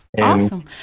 Awesome